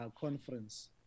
conference